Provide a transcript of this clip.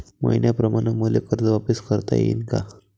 मईन्याप्रमाणं मले कर्ज वापिस करता येईन का?